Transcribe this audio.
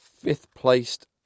fifth-placed